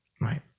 Right